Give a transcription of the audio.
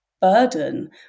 Burden